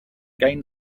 gain